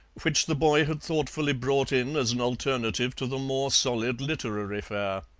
which the boy had thoughtfully brought in as an alternative to the more solid literary fare.